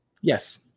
Yes